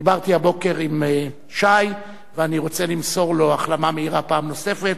דיברתי הבוקר עם שי ואני רוצה למסור לו החלמה מהירה פעם נוספת,